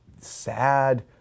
sad